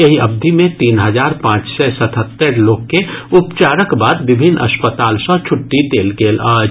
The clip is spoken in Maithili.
एहि अवधि मे तीन हजार पांच सय सतहत्तरि लोक के उपचारक बाद विभिन्न अस्पताल सॅ छुट्टी देल गेल अछि